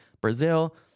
Brazil